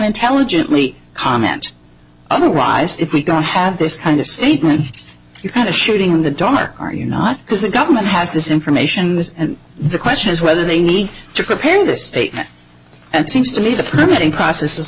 intelligently comment otherwise if we don't have this kind of statement you had a shooting in the dark are you not because the government has this information was the question is whether they need to prepare in this state and seems to be the printing process is